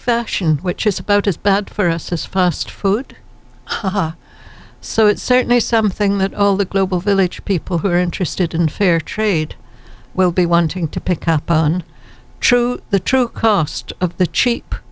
fashion which is about as bad for us as fast food so it's certainly something that all the global village people who are interested in fair trade will be wanting to pick up on true the true cost of the cheap